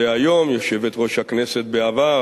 יושבת-ראש הכנסת בעבר,